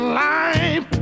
life